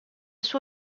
suo